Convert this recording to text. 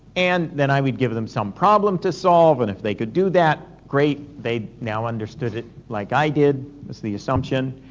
and then i would give them some problem to solve, and if they could do that, great, they now understood it like i did. that's the assumption.